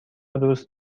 دوست